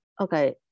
Okay